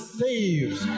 saved